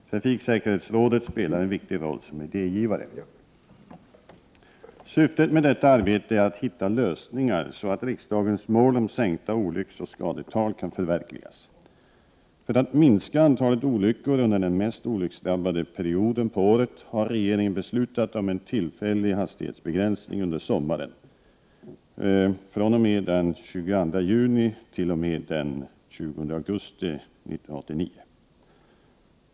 Trafiksäkerhetsrådet spelar en viktig roll som idégivare. Syftet med detta arbete är att hitta lösningar så att riksdagens mål om sänkta olycksoch skadetal kan förverkligas. För att minska antalet olyckor under den mest olycksdrabbade perioden på året har regeringen beslutat om en tillfällig hastighetsbegränsning under sommaren fr.o.m. den 22 juni t.o.m. den 20 augusti 1989.